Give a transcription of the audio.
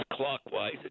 Clockwise